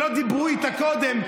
שלא דיברו איתה קודם,